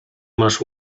masz